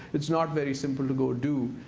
it's not very simple to go do.